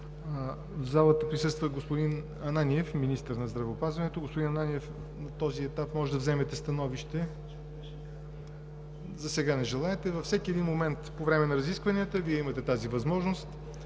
В залата присъства господин Ананиев – министър на здравеопазването. Господин Ананиев, на този етап може да вземете становище. Засега не желаете. Във всеки момент по време на разискванията Вие имате тази възможност,